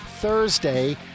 Thursday